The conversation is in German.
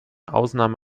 ausnahme